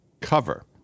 cover